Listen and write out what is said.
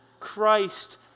Christ